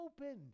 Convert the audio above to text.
opened